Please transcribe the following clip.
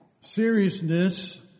seriousness